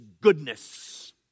goodness